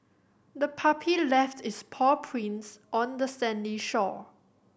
the puppy left its paw prints on the sandy shore